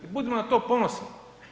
Budimo na to ponosni.